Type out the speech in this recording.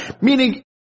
meaning